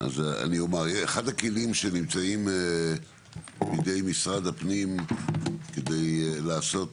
אחד הכלים שנמצאים בידי משרד הפנים כדי לעשות